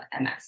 ms